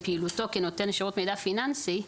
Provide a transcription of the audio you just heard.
בפעילותו כנותן שירות מידע פיננסי,